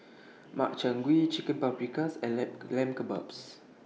Makchang Gui Chicken Paprikas and Lamb Lamb Kebabs